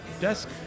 desk